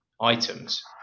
items